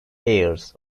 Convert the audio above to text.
airs